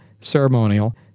ceremonial